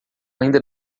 ainda